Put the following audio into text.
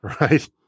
Right